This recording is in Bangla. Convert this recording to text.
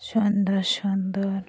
সুন্দর সুন্দর